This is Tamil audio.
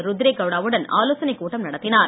ருத்ரே கவுடா வுடன் ஆலோசனை கூட்டம் நடத்தினார்